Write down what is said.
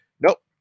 Nope